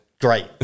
great